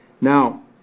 Now